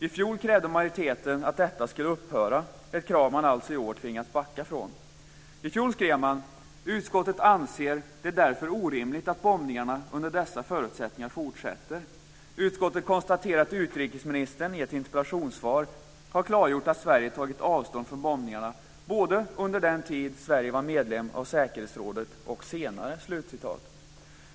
I fjol krävde majoriteten att detta skulle upphöra, ett krav som man alltså i år tvingas backa från. I fjol skrev man: "Utskottet anser det därför orimligt att bombningarna under dessa förutsättningar fortsätter. Utskottet konstaterar att utrikesministern i ett interpellationssvar har klargjort att Sverige tagit avstånd från bombningarna, både under den tid som Sverige var medlem av FN:s säkerhetsråd och senare."